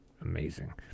amazing